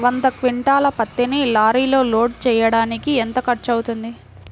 వంద క్వింటాళ్ల పత్తిని లారీలో లోడ్ చేయడానికి ఎంత ఖర్చవుతుంది?